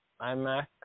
IMAC